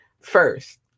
First